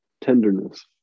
tenderness